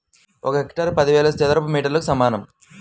ఒక హెక్టారు పదివేల చదరపు మీటర్లకు సమానం